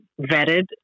vetted